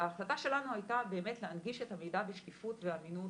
ההחלטה שלנו הייתה באמת להנגיש את המידע בשקיפות ואמינות.